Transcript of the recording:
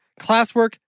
classwork